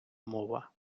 мова